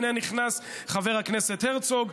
הינה נכנס חבר הכנסת הרצוג,